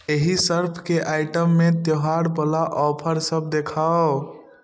एहि सर्फ के आइटम मे त्यौहार बला ऑफर सभ देखाउ